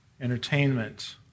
entertainment